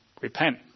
Repent